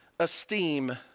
esteem